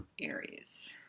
Aries